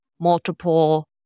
multiple